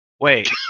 Wait